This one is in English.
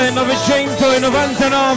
1999